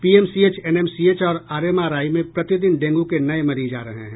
PMCH NMCH और RMRI में प्रतिदिन डेंगू के नये मरीज आ रहे हैं